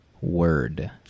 word